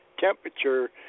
temperature